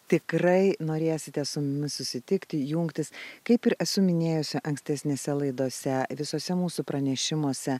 tikrai norėsite su mumis susitikti jungtis kaip ir esu minėjusi ankstesnėse laidose visuose mūsų pranešimuose